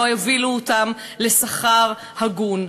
לא הובילו אותם לשכר הגון,